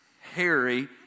Harry